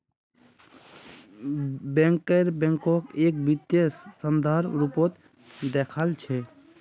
banker बैंकक एक वित्तीय संस्थार रूपत देखअ छ